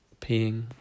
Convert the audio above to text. peeing